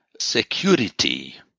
security